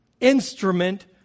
instrument